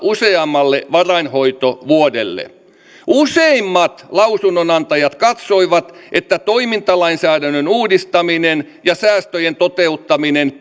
useammalle varainhoitovuodelle useimmat lausunnonantajat katsoivat että toimintalainsäädännön uudistaminen ja säästöjen toteuttaminen